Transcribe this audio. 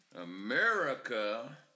America